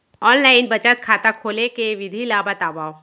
Online बचत खाता खोले के विधि ला बतावव?